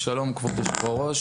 שלום לכבוד היו"ר,